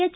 H